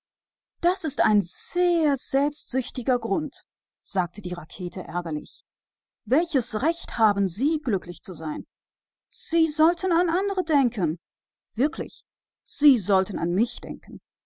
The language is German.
das ist ein sehr egoistischer grund sagte die rakete geärgert was für ein recht haben sie glücklich zu sein sie sollten an andere denken sie sollten an mich denken